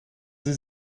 sie